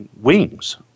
wings